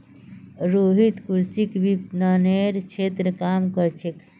रोहित कृषि विपणनेर क्षेत्रत काम कर छेक